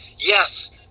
yes